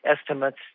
estimates